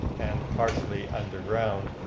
and partially underground.